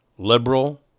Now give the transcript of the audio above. liberal